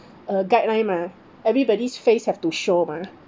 a guideline mah everybody's face have to show mah